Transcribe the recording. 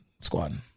squatting